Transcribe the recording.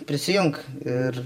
prisijunk ir